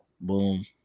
Boom